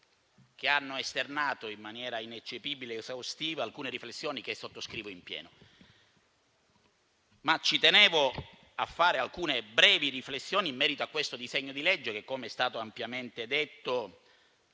che hanno esternato in maniera ineccepibile ed esaustiva alcune riflessioni, che sottoscrivo in pieno. Ci tengo però a fare alcune brevi riflessioni in merito al disegno di legge in esame che - come è stato ampiamente detto